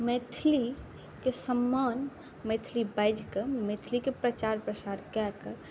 मैथिलीके सम्मान मैथिली बाजिकऽ मैथिलीके प्रचार प्रसार कऽ कऽ